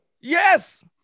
Yes